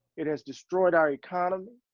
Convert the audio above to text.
it has destroyed our economy.